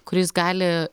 kuris gali